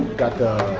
got the